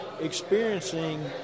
experiencing